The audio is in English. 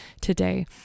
today